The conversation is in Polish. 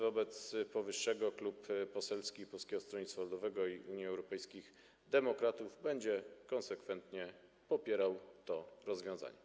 Wobec powyższego Klub Poselski Polskiego Stronnictwa Ludowego - Unii Europejskich Demokratów będzie konsekwentnie popierał to rozwiązanie.